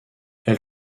elle